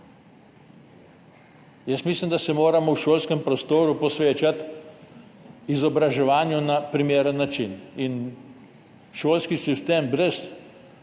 Jaz mislim, da se moramo v šolskem prostoru posvečati izobraževanju na primeren način. Šolski sistem brez